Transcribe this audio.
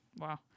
wow